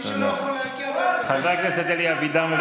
חבר הכנסת אלי אבידר,